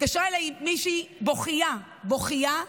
התקשרה אליי מישהי בוכייה, בוכייה,